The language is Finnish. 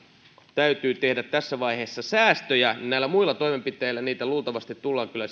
täytyy saada tässä vaiheessa säästöjä kun näillä muilla toimenpiteillä niitä luultavasti tullaan kyllä